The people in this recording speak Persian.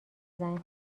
زنگ